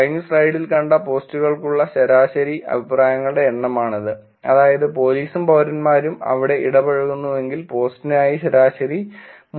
കഴിഞ്ഞ സ്ലൈഡിൽ കണ്ട പോസ്റ്റുകൾക്കുള്ള ശരാ ശരി അഭിപ്രായങ്ങളുടെ എണ്ണമാണിത് അതായത് പോലീസും പൌരന്മാരും അവിടെ ഇടപഴകുന്നുവെങ്കിൽ പോസ്റ്റിനായി ശരാശരി 3